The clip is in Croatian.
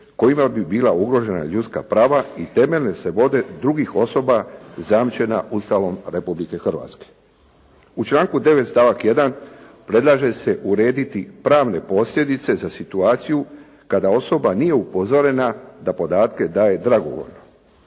kojima bi bila ugrožena ljudska prava i temeljne slobode drugih osoba zajamčena Ustavom Republike Hrvatske. U članku 9. stavak 1. predlaže se urediti pravne posljedice za situaciju kada osoba nije upozorena da podatke daje dragovoljno.